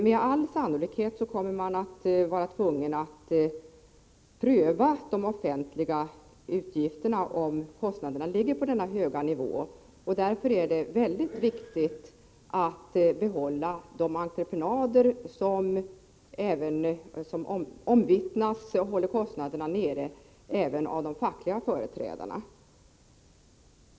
Med all sannolikhet kommer man att vara tvungen att pröva de offentliga utgifterna, om kostnaderna ligger på en hög nivå. Därför är det mycket viktigt att behålla de entreprenader som håller kostnaderna nere enligt vad som omvittnas även av de fackliga företrädarna.